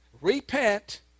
repent